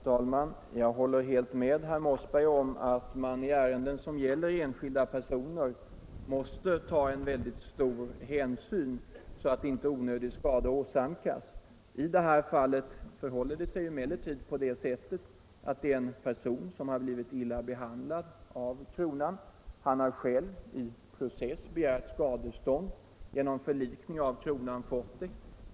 Herr talman! Jag håller helt med herr Mossberg om att man i ärenden som gäller enskilda personer måste ta stor hänsyn så att inte onödigt stor skada åsamkas. I det här fallet förhåller det sig emellertid på det sättet att en person blivit illa behandlad av kronan. Han har själv i process begärt skadestånd och genom förlikning med kronan fått det.